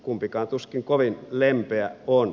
kumpikaan tuskin kovin lempeä on